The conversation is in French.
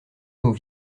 aux